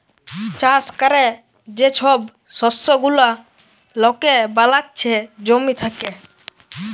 চাষ ক্যরে যে ছব শস্য গুলা লকে বালাচ্ছে জমি থ্যাকে